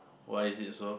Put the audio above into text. why is it so